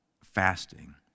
fasting